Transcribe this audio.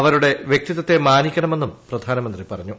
അവരുടെ വ്യക്തിത്വത്തെ മാനിക്കണമെന്നും പ്രധാനമിന്റി പ്റഞ്ഞു